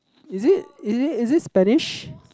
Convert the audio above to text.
is it is it is it Spanish